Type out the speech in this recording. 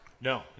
No